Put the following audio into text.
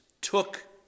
took